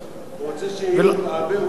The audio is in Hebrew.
הוא רוצה שיהיו הרבה "רותים".